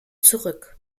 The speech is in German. zurück